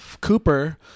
Cooper